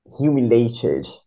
humiliated